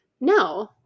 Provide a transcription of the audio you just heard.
no